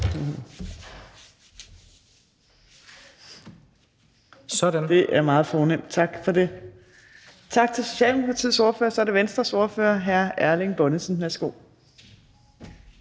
med servietterne. Tak for det. Tak til Socialdemokratiets ordfører. Så er det Venstres ordfører hr. Erling Bonnesen. Værsgo.